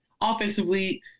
Offensively